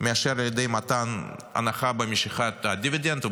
מאשר על ידי מתן הנחה במשיכת הדיבידנד,